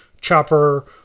chopper